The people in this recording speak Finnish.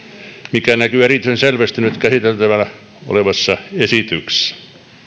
mikä näkyy erityisen selvästi nyt käsiteltävänä olevassa esityksessä